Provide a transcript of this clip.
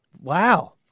Wow